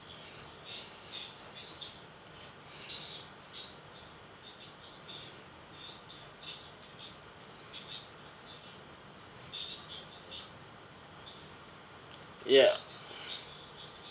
yup